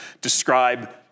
describe